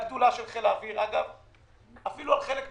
הגדולה של חיל האוויר,